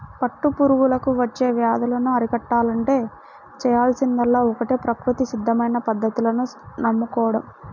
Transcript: పట్టు పురుగులకు వచ్చే వ్యాధులను అరికట్టాలంటే చేయాల్సిందల్లా ఒక్కటే ప్రకృతి సిద్ధమైన పద్ధతులను నమ్ముకోడం